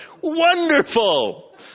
Wonderful